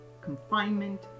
confinement